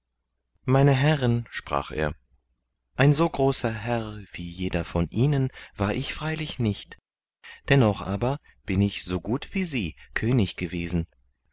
meine herren sprach er ein so großer herr wie jeder von ihnen war ich freilich nicht dennoch aber bin ich so gut wie sie könig gewesen